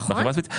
נכון.